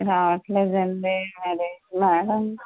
రావట్లేదు అండి మరి మేడం